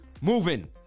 moving